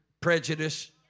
prejudice